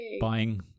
buying